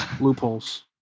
Loopholes